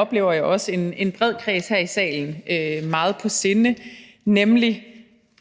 oplever jeg, en bred kreds her i salen meget på sinde, nemlig